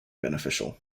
beneficial